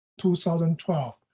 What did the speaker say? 2012